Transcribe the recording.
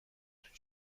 توی